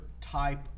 type